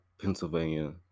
Pennsylvania